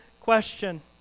question